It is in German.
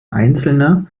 einzelne